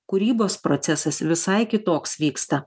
kūrybos procesas visai kitoks vyksta